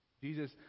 Jesus